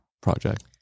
project